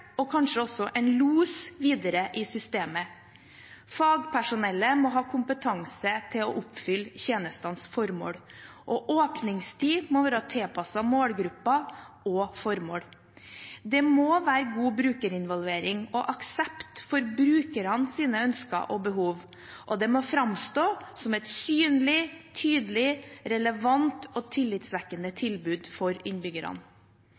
og kanskje også en los videre i systemet. Fagpersonellet må ha kompetanse til å oppfylle tjenestenes formål. Åpningstiden må være tilpasset målgruppen og formål. Det må være god brukerinvolvering og aksept for brukernes ønsker og behov. Det må framstå som et synlig, tydelig, relevant og tillitsvekkende tilbud for innbyggerne.